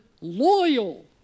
loyal